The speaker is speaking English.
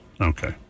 Okay